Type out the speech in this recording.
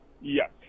Yes